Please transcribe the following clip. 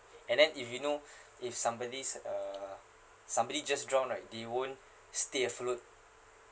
and then if you know if somebody's uh somebody just drunk right they won't stay afloat